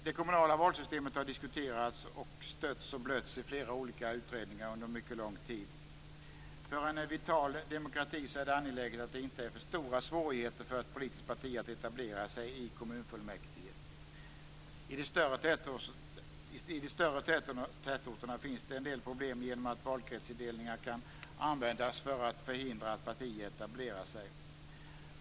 Det kommunala valsystemet har diskuterats och stötts och blötts i flera olika utredningar under mycket lång tid. För en vital demokrati är det angeläget att där inte är för stora svårigheter för ett politiskt parti att etablera sig i kommunfullmäktige. I de större tätorterna finns det en del problem genom att valkretsindelningar kan användas för att förhindra att partier etableras.